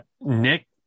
Nick